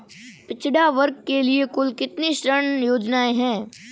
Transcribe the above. पिछड़ा वर्ग के लिए कुल कितनी ऋण योजनाएं हैं?